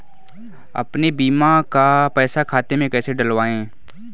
अपने बीमा का पैसा खाते में कैसे डलवाए?